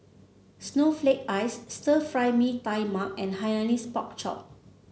Snowflake Ice Stir Fry Mee Tai Mak and Hainanese Pork Chop